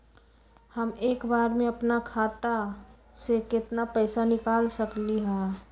हम एक बार में अपना खाता से केतना पैसा निकाल सकली ह?